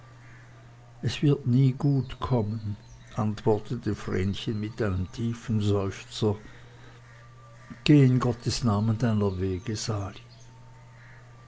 es wird nie gut kommen antwortete vrenchen mit einem tiefen seufzer geh in gottes namen deiner wege sali